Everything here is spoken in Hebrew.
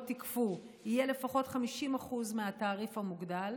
תיקפו יהיה לפחות 50% מהתעריף המוגדל.